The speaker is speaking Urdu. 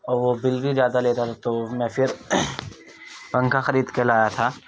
اور وہ بل بھی زیادہ لیتا تھا تو میں پھر پنکھا خرید کے لایا تھا